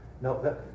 no